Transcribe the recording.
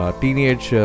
teenage